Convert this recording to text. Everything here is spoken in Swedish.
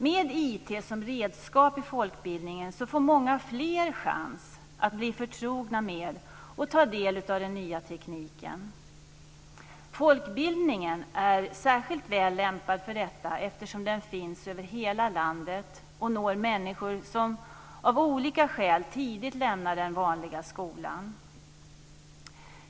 Med IT som redskap i folkbildningen får många fler chans att bli förtrogna med och ta del av den nya tekniken. Folkbildningen är särskilt väl lämpad för detta eftersom den finns över hela landet och når människor som av olika skäl tidigt lämnar den vanliga skolan.